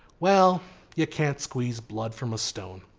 well you can't squeeze blood from a stone.